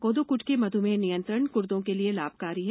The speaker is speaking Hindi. कोदो कटकी मध्मेह नियंत्रण ग्र्दो के लिए लाभकारी है